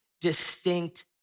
distinct